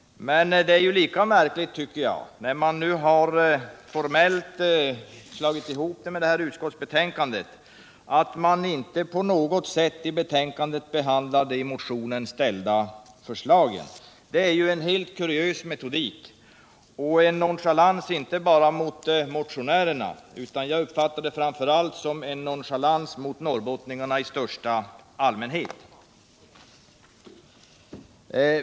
Men när nu utskottet formellt har slagit ihop vår motion med det ärende som behandlas i det nu aktuella betänkandet är det märkligt att man inte på något sätt behandlar de i motionen framförda förslagen. Detta är en helt kuriös metodik och en nonchalans inte bara mot motionärerna utan som jag uppfattar det framför allt mot norrbottningarna i största allmänhet.